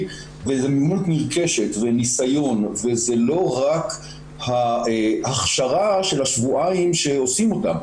וזו מיומנות נרכשת וניסיון וזה לא רק ההכשרה של השבועיים שעושים אותה,